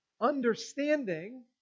understanding